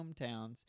hometowns